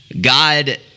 God